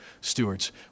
stewards